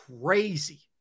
crazy